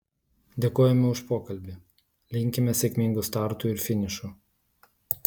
dėkojame už pokalbį linkime sėkmingų startų ir finišų